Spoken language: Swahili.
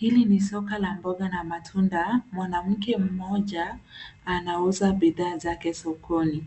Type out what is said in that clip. Hili ni soko la mboga na matunda. Mwanamke mmoja anauza bidhaa zake sokoni.